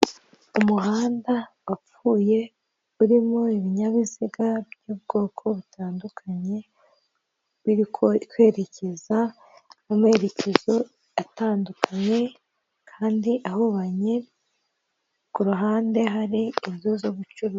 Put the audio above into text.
Umuhanda wapfuye, urimo ibinyabiziga by'ubwoko butandukanye, biri kwerekeza mu merekezo atandukanye kandi ahabanye, ku ruhande hari inzu z'ubucuru.